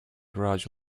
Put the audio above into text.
garage